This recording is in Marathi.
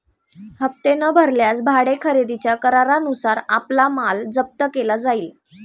हप्ते न भरल्यास भाडे खरेदीच्या करारानुसार आपला माल जप्त केला जाईल